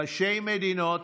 ראשי מדינות